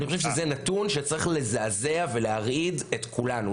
אני חושב שזה נתון שצריך לזעזע ולהרעיד את כולנו,